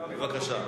בבקשה.